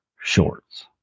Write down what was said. shorts